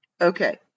Okay